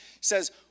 says